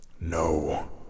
No